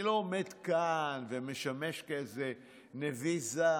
אני לא עומד כאן ומשמש כאיזה נביא זעם,